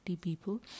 people